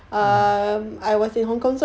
mm